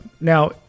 Now